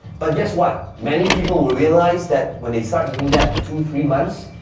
but guess what? many people will realize that when they start doing that for two, three months,